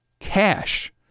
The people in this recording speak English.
cash